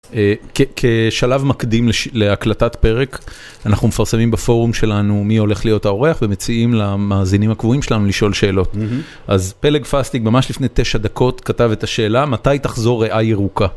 כשלב מקדים להקלטת פרק אנחנו מפרסמים בפורום שלנו מי הולך להיות האורח ומציעים למאזינים הקבועים שלנו לשאול שאלות אז פלג פאסטיג ממש לפני תשע דקות כתב את השאלה מתי תחזור ריאה ירוקה.